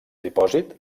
dipòsit